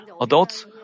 adults